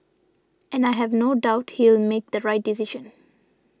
and I have no doubt he'll make the right decision